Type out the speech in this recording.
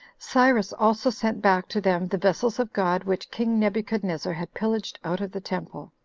cyrus also sent back to them the vessels of god which king nebuchadnezzar had pillaged out of the temple,